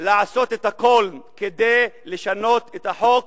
לעשות את הכול כדי לשנות את החוק,